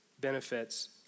benefits